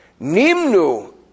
Nimnu